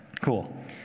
Cool